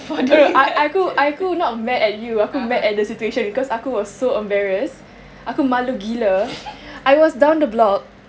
err I aku aku not mad at you aku mad at the situation because aku was so embarrassed aku malu gila I was down the block